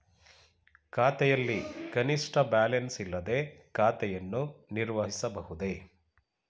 ಖಾತೆಯಲ್ಲಿ ಕನಿಷ್ಠ ಬ್ಯಾಲೆನ್ಸ್ ಇಲ್ಲದೆ ಖಾತೆಯನ್ನು ನಿರ್ವಹಿಸಬಹುದೇ?